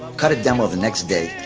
cut a demo the next day.